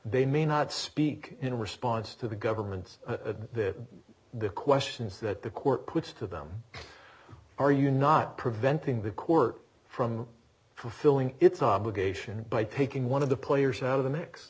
they may not speak in response to the governments of the questions that the court puts to them are you not preventing the court from for filling its obligation by taking one of the players out of the mix